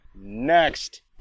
next